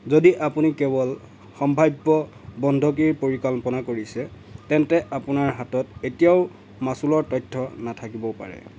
যদি আপুনি কেৱল সম্ভাৱ্য বন্ধকীৰ পৰিকল্পনা কৰিছে তেন্তে আপোনাৰ হাতত এতিয়াও মাচুলৰ তথ্য নাথাকিবও পাৰে